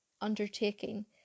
undertaking